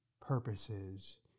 purposes